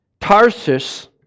Tarsus